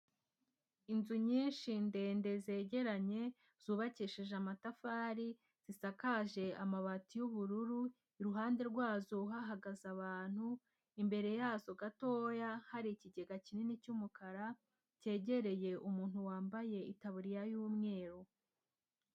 Inzu nyinshi ndende zegeranye zubakishije amatafari zisakaje amabati y'ubururu, iruhande rwazo hahagaze abantu, imbere yazo gatoya hari ikigega kinini cy'umukara cyegereye umuntu wambaye itaburiya y'umweru.